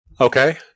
Okay